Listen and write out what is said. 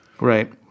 Right